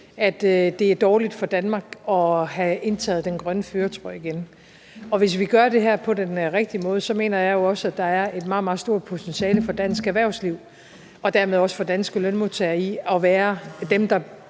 at det er dårligt for Danmark at have indtaget den grønne førertrøje igen. Hvis vi gør det her på den rigtige måde, mener jeg også, at der er et meget, meget stort potentiale for dansk erhvervsliv og dermed også for danske lønmodtagere i at være dem, der